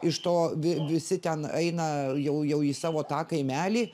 iš to vi visi ten eina jau jau į savo tą kaimelį